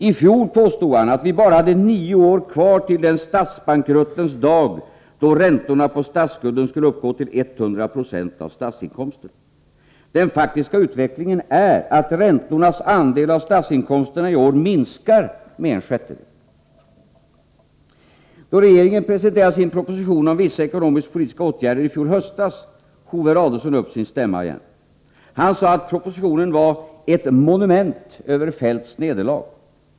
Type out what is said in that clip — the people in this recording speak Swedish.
I fjol påstod han att vi bara hade nio år kvar till den statsbankruttens dag då räntorna på statsskulden skulle uppgå till 100 96 av statsinkomsterna. Den faktiska utvecklingen är att räntornas andel av statsinkomsterna i år minskar med en sjättedel. Då regeringen presenterade sin proposition om vissa ekonomisk-politiska åtgärder i fjol höstas, hov herr Adelsohn upp sin stämma igen. Han sade att propositionen var ”ett monument över Feldts nederlag”.